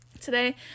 Today